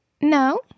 No